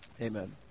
amen